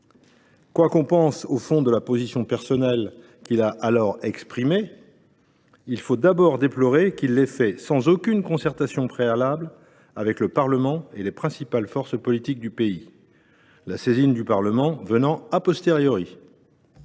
Quoi que l’on pense au fond de la position personnelle qu’il a alors exprimée, il faut d’abord déplorer qu’il l’ait fait sans aucune concertation préalable avec le Parlement et les principales forces politiques du pays, la saisine du Parlement venant. Cela